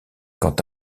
quand